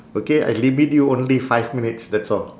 okay I limit you only five minutes that's all